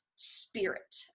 spirit